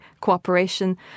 cooperation